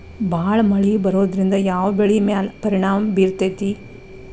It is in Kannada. ಭಾಳ ಮಳಿ ಬರೋದ್ರಿಂದ ಯಾವ್ ಬೆಳಿ ಮ್ಯಾಲ್ ಪರಿಣಾಮ ಬಿರತೇತಿ?